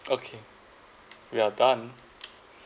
okay we are done